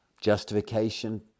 justification